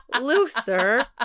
Looser